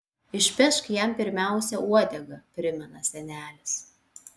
išpešk jam pirmiausia uodegą primena senelis